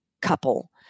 couple